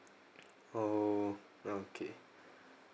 orh okay